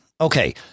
Okay